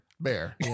Bear